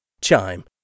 Chime